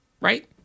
right